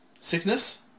sickness